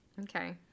Okay